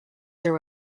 there